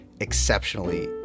exceptionally